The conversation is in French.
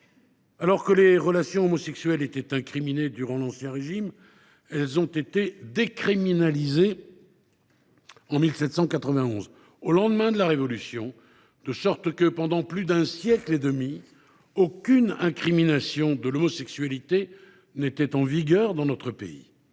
Alors que les relations homosexuelles étaient incriminées sous l’Ancien Régime, elles ont été décriminalisées en 1791 au lendemain de la Révolution, de sorte que, pendant plus d’un siècle et demi, aucune incrimination de l’homosexualité n’était en vigueur en France.